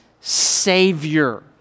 savior